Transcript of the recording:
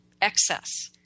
Excess